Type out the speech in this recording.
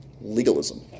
legalism